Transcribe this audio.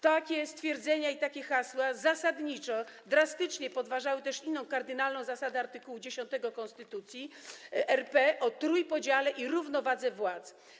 Takie stwierdzenia i takie hasła zasadniczo drastycznie podważały też inną kardynalną zasadę, art. 10 Konstytucji RP, o trójpodziale i równowadze władz.